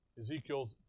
Ezekiel